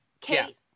Kate